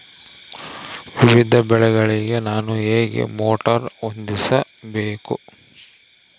ವಿವಿಧ ಬೆಳೆಗಳಿಗೆ ನಾನು ಹೇಗೆ ಮೋಟಾರ್ ಹೊಂದಿಸಬೇಕು?